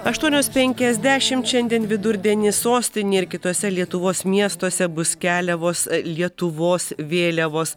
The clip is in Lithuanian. aštuonios penkiasdešimt šiandien vidurdienį sostinėj ir kituose lietuvos miestuose bus keliavos lietuvos vėliavos